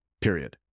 period